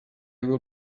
will